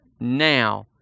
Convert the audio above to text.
now